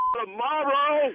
tomorrow